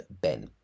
Ben